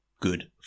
Good